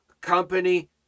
company